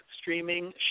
streaming